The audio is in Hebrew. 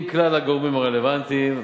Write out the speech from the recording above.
עם כלל הגורמים הרלוונטיים,